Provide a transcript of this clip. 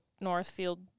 Northfield